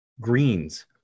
greens